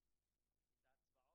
בדיוק דיון על תקנים בגלל שהאלימות היא